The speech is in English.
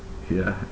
ya